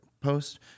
post